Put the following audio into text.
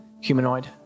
Humanoid